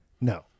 No